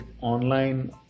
online